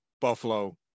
Buffalo